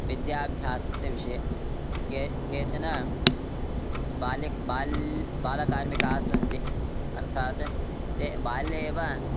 विद्याभ्यासस्य विषये के केचन बाल्य बाल् बालकार्मिकास्सन्ति अर्थात् ते बाल्ये एव